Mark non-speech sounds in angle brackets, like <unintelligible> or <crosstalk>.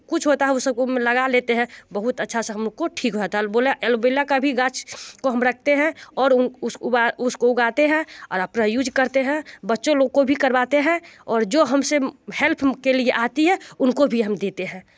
कुछ होता है वो सब <unintelligible> लगा लेते हैं बहुत अच्छा सा हम लोग को ठीक हो जाता है बोला अलबेला का भी गाछ को हम रखते हैं और उसको उगाते हैं और अपना यूज करते हैं बच्चे लोग को भी करवाते हैं और जो हमसे हेल्प के लिए आती है उनको भी हम देते हैं